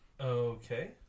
Okay